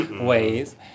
ways